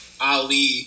Ali